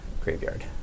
Graveyard